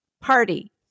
party